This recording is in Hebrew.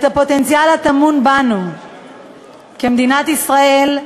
את הפוטנציאל הטמון בנו כמדינת ישראל,